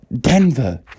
Denver